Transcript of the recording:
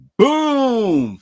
boom